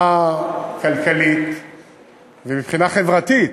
מבחינה כלכלית ומבחינה חברתית.